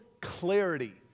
clarity